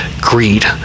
greed